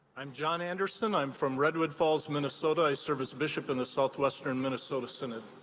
i'm jon anderson. i'm from redwood falls minnesota. i serve as bishop in the southwestern minnesota synod.